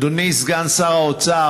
אדוני סגן שר האוצר,